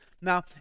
Now